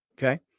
Okay